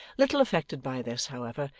little affected by this, however,